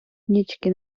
нічки